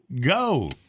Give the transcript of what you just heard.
Go